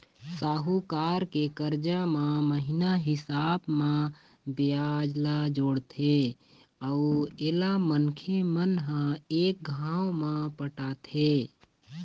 साहूकार के करजा म महिना हिसाब म बियाज ल जोड़थे अउ एला मनखे मन ह एक घांव म पटाथें